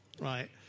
right